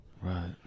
Right